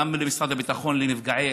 וגם במשרד הביטחון, לנפגעי